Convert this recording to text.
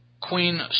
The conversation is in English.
Queen